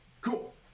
cool